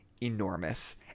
enormous